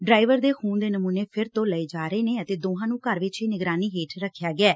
driver ਦੇ ਖੂਨ ਦੇ ਨਮੂਨੇ ਫਿਰ ਤੋਂ ਲਏ ਜਾ ਰਹੇ ਨੇ ਅਤੇ ਦੋਹਾਂ ਨੂੰ ਘਰ ਵਿਚ ਹੀ ਨਿਗਰਾਨੀ ਹੇਠ ਰੱਖਿਆ ਗਿਐ